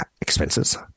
expenses